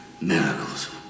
miracles